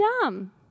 dumb